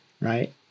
right